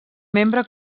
membre